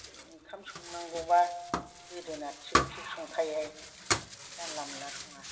ओंखाम संनांगौब्ला गोदोना थिग थिग संखायोहाय जानला मोनला सङा